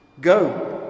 Go